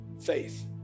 faith